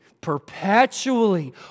perpetually